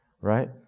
right